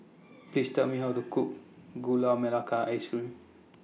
Please Tell Me How to Cook Gula Melaka Ice Cream